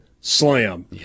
slam